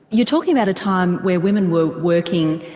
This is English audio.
you're talking about a time where women were working,